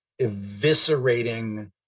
eviscerating